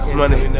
money